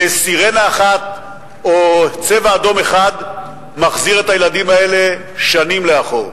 וסירנה אחת או "צבע אדום" אחד מחזירים את הילדים האלה שנים לאחור.